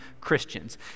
Christians